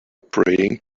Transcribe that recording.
praying